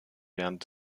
während